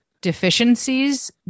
deficiencies